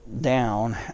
down